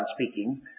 speaking